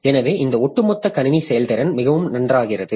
எனவே இந்த ஒட்டுமொத்த கணினி செயல்திறன் மிகவும் நன்றாகிறது